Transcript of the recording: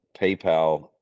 PayPal